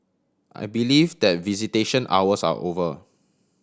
I believe that visitation hours are over